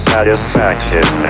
Satisfaction